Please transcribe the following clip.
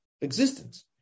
existence